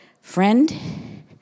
Friend